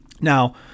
now